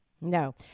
No